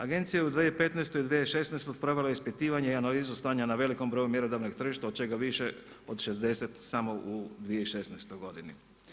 Agencija u 2015. i 2016. provela ispitivanje i analizu stanja na velikom broju mjerodavnog tržišta od čega više od 60 samo u 2016. godini.